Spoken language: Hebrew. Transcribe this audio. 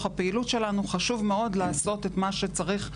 הפעילות שלנו חשוב מאוד לעשות את מה שצריך,